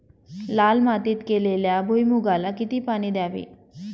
लाल मातीत केलेल्या भुईमूगाला किती पाणी द्यावे?